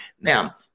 Now